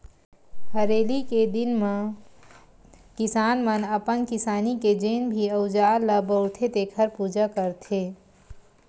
हरेली के दिन म किसान मन अपन किसानी के जेन भी अउजार ल बउरथे तेखर पूजा करथे